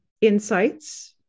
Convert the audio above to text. Insights